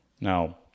Now